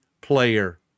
player